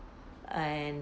and